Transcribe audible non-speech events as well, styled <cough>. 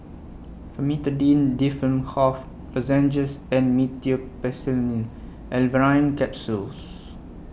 <noise> Famotidine Difflam <unintelligible> Lozenges and Meteospasmyl Alverine Capsules